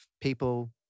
people